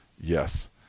Yes